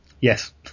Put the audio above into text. Yes